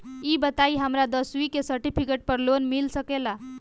ई बताई हमरा दसवीं के सेर्टफिकेट पर लोन मिल सकेला?